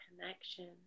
connection